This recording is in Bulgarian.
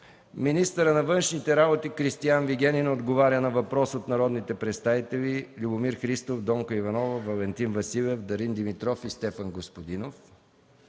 министъра на външните работи Кристиан Вигенин на въпрос от народните представители Любомир Христов, Донка Иванова, Валентин Василев, Дарин Димитров и Стефан Господинов;